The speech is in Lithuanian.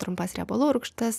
trumpas riebalų rūgštis